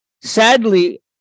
sadly